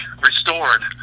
restored